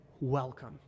welcome